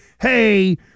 hey